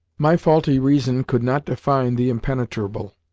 my faulty reason could not define the impenetrable.